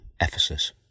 Ephesus